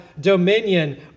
dominion